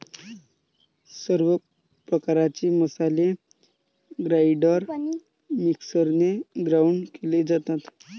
सर्व प्रकारचे मसाले ग्राइंडर मिक्सरने ग्राउंड केले जातात